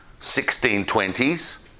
1620s